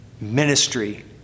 ministry